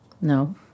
No